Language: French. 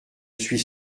suis